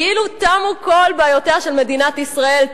כאילו תמו כל בעיותיה של מדינת ישראל,